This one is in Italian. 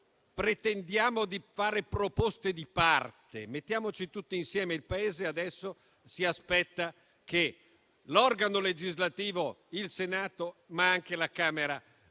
pretendere di fare proposte di parte. Mettiamoci tutti insieme; il Paese adesso si aspetta che l'organo legislativo, il Senato, ma anche la Camera,